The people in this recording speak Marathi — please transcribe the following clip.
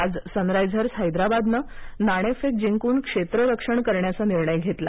आज सनरायझर्स हैदराबादने नाणेफेक जिंकून क्षेत्ररक्षण करण्याचा निर्णय घेतला